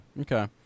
okay